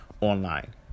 online